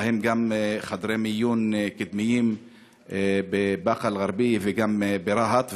בהם גם חדרי מיון קדמיים בבאקה אל-ע'ארביה וגם ברהט.